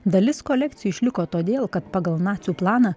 dalis kolekcijų išliko todėl kad pagal nacių planą